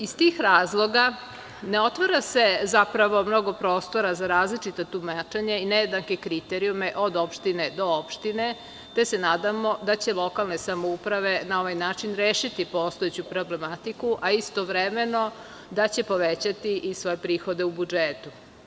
Iz tih razloga, ne otvara se zapravo mnogo prostora za različita tumačenja i nejednake kriterijume od opštine do opštine, te se nadamo da će lokalne samouprave na ovaj način rešiti postojeću problematiku, a istovremeno, da će povećati i svoje prihode u budžetu.